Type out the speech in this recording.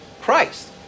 Christ